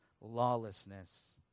lawlessness